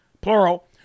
plural